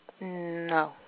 No